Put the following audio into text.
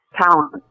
talent